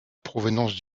provenance